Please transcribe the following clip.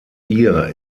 ihr